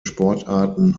sportarten